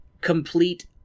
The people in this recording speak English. complete